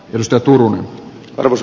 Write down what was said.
risto turunen armas